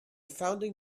founding